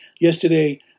yesterday